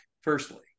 Firstly